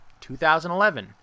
2011